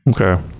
Okay